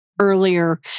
earlier